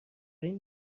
این